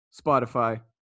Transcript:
Spotify